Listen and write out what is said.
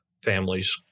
Families